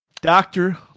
Doctor